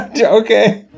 Okay